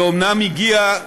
היא אומנם הגיעה